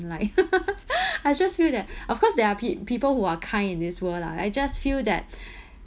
like I just feel that of course there are peo~ people who are kind in this world lah I just feel that